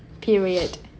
period